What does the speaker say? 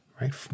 right